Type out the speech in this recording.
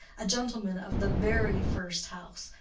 a gentleman of the very first house,